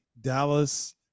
Dallas